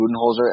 Budenholzer